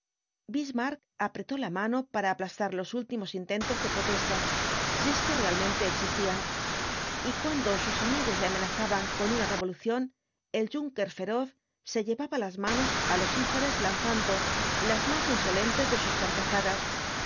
bismarck apretó la mano para aplastar los últimos intentos de protesta si es que realmente existían y cuando sus amigos le amenazaban con una revolución el junker feroz se llevaba las manos á los ijares lanzando las más insolentes de sus carcajadas una